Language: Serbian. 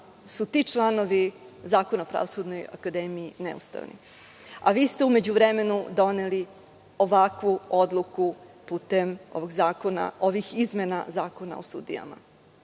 su ti članovi Zakona o Pravosudnoj akademiji, neustavni? A vi ste u međuvremenu doneli ovakvu odluku putem ovih zakona, ovih